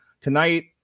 Tonight